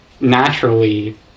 naturally